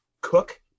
cook